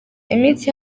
iminsi